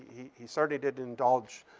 he certainly didn't indulge